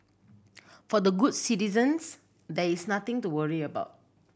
for the good citizens there is nothing to worry about